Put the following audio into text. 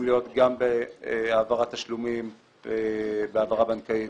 להיות גם בהעברת תשלומים בהעברה בנקאית,